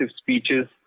speeches